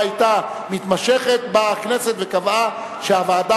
זרים בכנסת הוקמה לאחר שהיתה ועדת חקירה